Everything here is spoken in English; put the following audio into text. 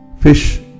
fish